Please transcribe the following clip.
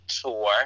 tour